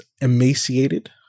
emaciated